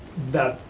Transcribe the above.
that,